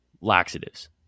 laxatives